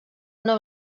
una